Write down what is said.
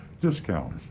discount